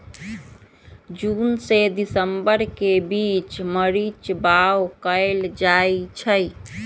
जून से दिसंबर के बीच मरीच बाओ कएल जाइछइ